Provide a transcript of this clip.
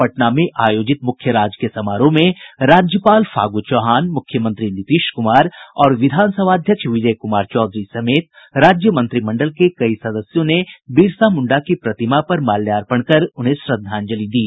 पटना में आयोजित मुख्य राजकीय समारोह में राज्यपाल फागू चौहान मुख्यमंत्री नीतीश क्रमार और विधानसभा अध्यक्ष विजय क्मार चौधरी समेत राज्य मंत्रिमंडल के कई सदस्यों ने बिरसा मुंडा की प्रतिमा पर माल्यार्पण कर उन्हें श्रद्वांजलि दी